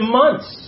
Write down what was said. months